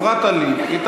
הפרעת לי.